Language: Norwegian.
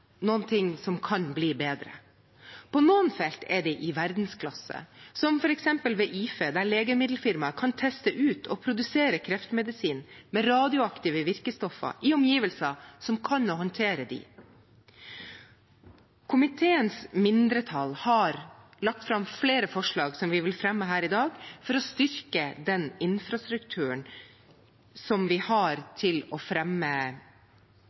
noen felt er de i verdensklasse, som f.eks. ved IFE, der legemiddelfirmaer kan teste ut og produsere kreftmedisin med radioaktive virkestoffer i omgivelser som kan håndtere dem. Komiteens mindretall har lagt fram flere forslag som vi vil fremme her i dag, for å styrke den infrastrukturen vi har til å fremme